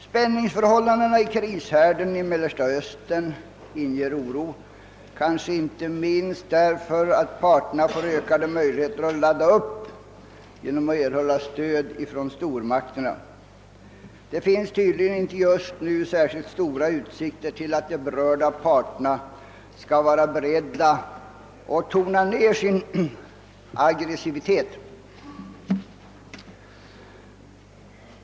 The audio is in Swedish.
Spänningsförhållandena i = krishärden i Mellersta Östern inger också oro, kanske inte minst därför att parterna nu får ökade möjligheter att ladda upp genom att erhålla stöd från stormakterna. Det finns tydligen just nu inte särskilt stora utsikter till att de berörda parterna skulle vara beredda att tona ned sin aggressivitet.